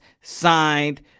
Signed